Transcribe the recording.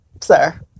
sir